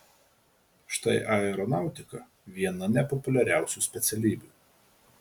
štai aeronautika viena nepopuliariausių specialybių